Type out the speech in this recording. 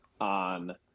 on